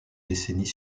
décennies